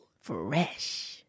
Fresh